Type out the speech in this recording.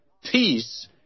Peace